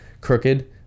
crooked